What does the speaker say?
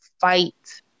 fight